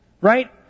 Right